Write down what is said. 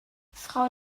frau